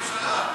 אני מקווה,